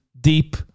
deep